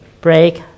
break